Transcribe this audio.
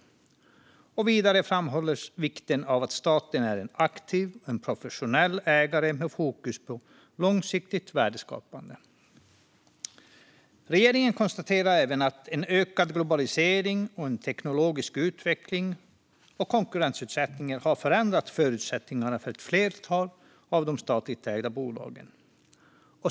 Vidare framhålls vikten av att staten är en aktiv, professionell ägare med fokus på långsiktigt värdeskapande. Regeringen konstaterar även att en ökad globalisering, teknologisk utveckling och konkurrensutsättning har förändrat förutsättningarna för ett flertal av de statligt ägda bolagen.